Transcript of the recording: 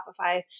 Shopify